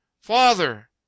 Father